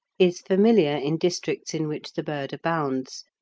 is familiar in districts in which the bird abounds,